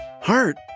Heart